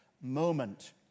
moment